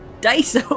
dice